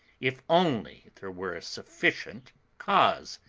if only there were a sufficient cause!